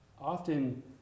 often